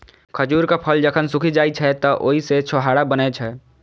खजूरक फल जखन सूखि जाइ छै, तं ओइ सं छोहाड़ा बनै छै